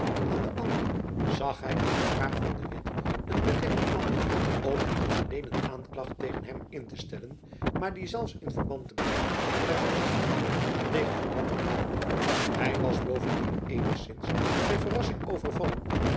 aan den anderen zag hy in de vraag van de witt een bedekt plan om niet alleen een aanklacht tegen hem in te stellen maar die zelfs in verband te brengen met de aanklacht tegen buat gedaan hy was bovendien eenigzins by verrassing overvallen